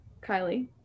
Kylie